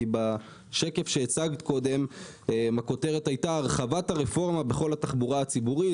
כי בשקף שהצגת קודם הכותרת הייתה "הרחבת הרפורמה בכל התחבורה הציבורית",